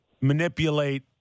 manipulate